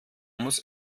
muss